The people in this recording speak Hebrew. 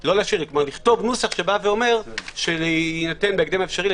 זה - לכתוב נוסח שאומר שיינתן בהקדם האפשרי.